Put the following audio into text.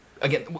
Again